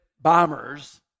bombers